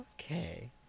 Okay